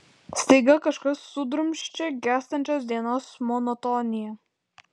staiga kažkas sudrumsčia gęstančios dienos monotoniją